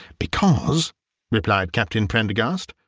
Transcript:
because replied captain prendergast,